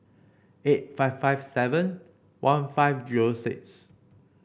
eight five five seven one five zero six